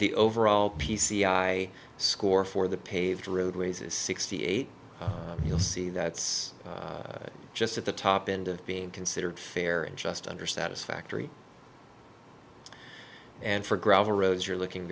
the overall p c i score for the paved road races sixty eight you'll see that's just at the top end being considered fair and just under satisfactory and for gravel roads you're looking